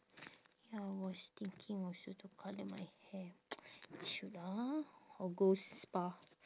ya was thinking also to colour my hair we should ah or go spa